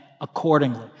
accordingly